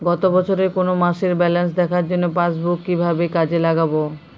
গত বছরের কোনো মাসের ব্যালেন্স দেখার জন্য পাসবুক কীভাবে কাজে লাগাব?